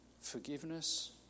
forgiveness